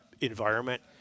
environment